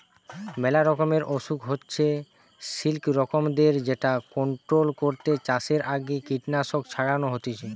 মেলা রকমের অসুখ হইতে সিল্কবরমদের যেটা কন্ট্রোল করতে চাষের আগে কীটনাশক ছড়ানো হতিছে